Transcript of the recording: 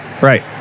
right